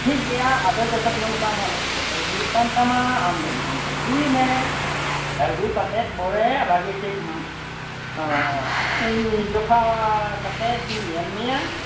ᱴᱷᱤᱠ ᱜᱮᱭᱟ ᱟᱫᱚ ᱡᱚᱠᱷᱮᱡ ᱱᱚᱝᱠᱟ ᱟᱢᱟᱜ ᱮᱴᱠᱮᱴᱚᱬᱮ ᱦᱩᱭᱩᱜ ᱠᱟᱱ ᱛᱟᱢᱟ ᱟᱢᱫᱚ ᱤᱧ ᱴᱷᱮᱱ ᱟᱹᱜᱩᱭ ᱢᱮ ᱟᱹᱜᱩ ᱠᱟᱛᱮᱫ ᱯᱚᱨᱮ ᱵᱷᱟᱹᱜᱮ ᱴᱷᱤᱠ ᱤᱧ ᱡᱚᱠᱷᱟ ᱠᱟᱛᱮᱫ ᱤᱧ ᱧᱮᱞ ᱢᱮᱭᱟ